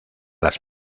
las